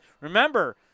remember